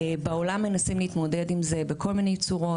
בעולם מנסים להתמודד עם זה בכל מיני צורות.